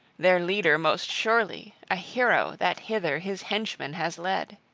their leader most surely, a hero that hither his henchmen has led.